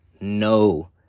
no